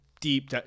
deep